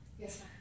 Yes